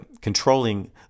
controlling